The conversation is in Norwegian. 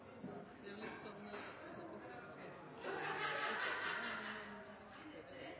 det vil